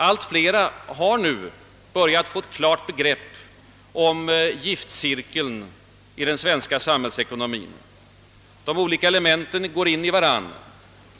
Allt flera har nu börjat få ett klart begrepp om »giftcirkeln» i den svenska samhällsekonomien. De olika elementen går in i varandra.